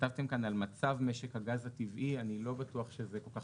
כתבתם כאן על מצב משק הגז הטבעי ואני לא בטוח שזה כל כך